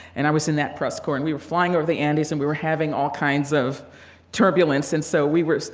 and i was in that press corps, and we were flying over the andes, and we were having all kinds of turbulence. and so we were, so